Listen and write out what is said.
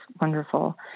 wonderful